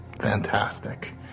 Fantastic